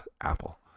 apple